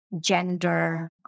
Gender